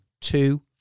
two